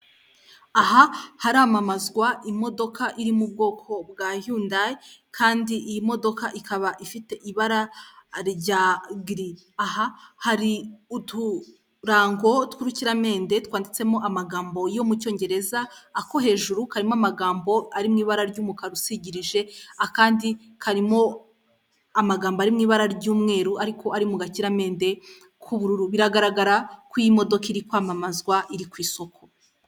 Aha haramamazwa imodoka iri mu bwoko bwa yundayi, kandi iyi modoka ikaba ifite ibara rya giri. Aha hari uturango tw'urukiramende twanditsemo amagambo yo mu cyongereza ako hejuru karimo amagambo ari m'ibara ry'umukara usigirije, akandi karimo amagambo ari mu ibara ry'umweru ariko ari mu gakiramende k'ubururu, biragaragara ko iyi modoka iri kwamamazwa iri k'isoko.